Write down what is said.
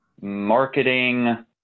marketing